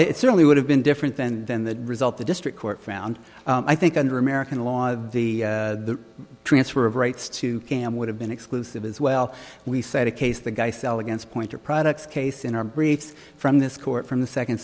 it certainly would have been different and then the result the district court found i think under american law of the transfer of rights to cam would have been exclusive as well we said a case the guy fell against poynter products case in our briefs from this court from the second